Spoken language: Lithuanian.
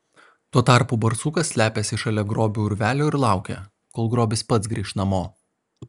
tuo tarpu barsukas slepiasi šalia grobio urvelio ir laukia kol grobis pats grįš namo